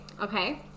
Okay